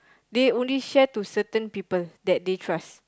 they only share to certain people that they trust